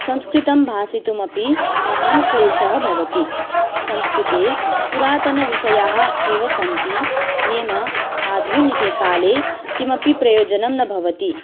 संस्कृतं भाषितुमपि महान् क्लेशः भवति संस्कृते पुरातनविषयाः एव सन्ति येन आधुनिके काले किमपि प्रयोजनं न भवति